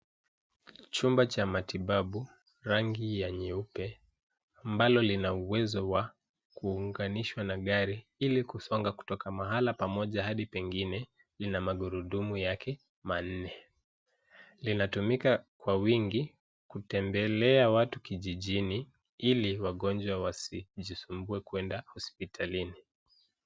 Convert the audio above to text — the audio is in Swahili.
Chumba cha matibabu chenye rangi nyeupe ambacho kina uwezo wa kuunganishwa na gari ili kusogea kutoka mahali pamoja hadi pengine kina magurudumu yake manne. Kinatumika sana kuwahudumia watu vijijini ili wagonjwa wasijisumbue kwenda hospitalini.